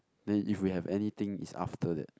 then if we have anything it's after that